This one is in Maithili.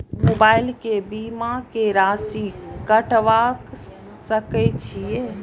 मोबाइल से बीमा के राशि कटवा सके छिऐ?